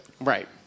Right